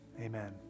amen